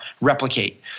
replicate